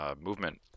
movement